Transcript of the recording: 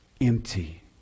empty